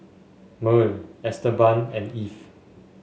Merl Esteban and Eve